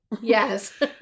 Yes